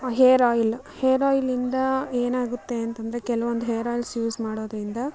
hair oil hair ಆಯಿಲ್ಲಿಂದ ಏನಾಗುತ್ತೆ ಅಂತಂದರೆ ಕೆಲವೊಂದು ಹೇರ್ ಆಯಿಲ್ಸ್ ಯೂಸ್ ಮಾಡೋದ್ರಿಂದ